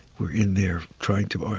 we're in there trying to,